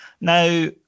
Now